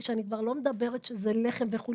בצורה שאני כבר לא מדברת על לחם וכו'.